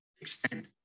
extend